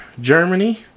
Germany